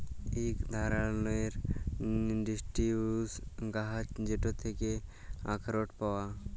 ইক ধারালের ডিসিডিউস গাহাচ যেটর থ্যাকে আখরট পায়